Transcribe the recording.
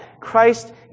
Christ